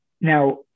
Now